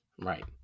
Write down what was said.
Right